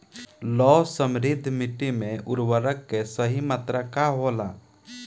लौह समृद्ध मिट्टी में उर्वरक के सही मात्रा का होला?